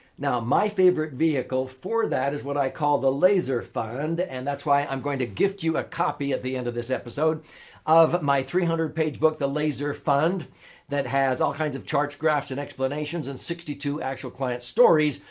now, my favorite vehicle for that is what i call the laser fund. and that's why i'm going to gift you a copy at the end of this episode of my three hundred page book the laser fund that has all kinds of charts, graphs, and explanations and sixty two actual client stories.